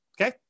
Okay